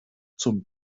zum